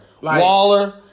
Waller